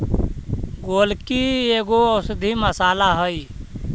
गोलकी एगो औषधीय मसाला हई